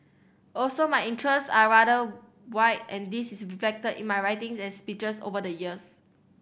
also my interests are rather wide and this is reflected in my writings and speeches over the years